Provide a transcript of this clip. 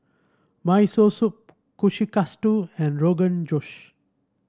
Miso Soup Kushikatsu and Rogan Josh